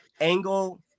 angle